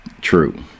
true